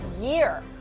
year